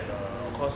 ya